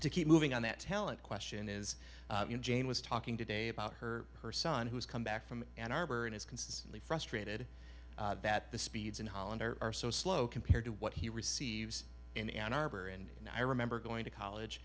to keep moving on that talent question is jane was talking today about her her son who's come back from ann arbor and is consistently frustrated that the speeds in holland are are so slow compared to what he receives in ann arbor and i remember going to college